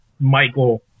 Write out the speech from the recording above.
Michael